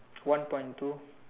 one point two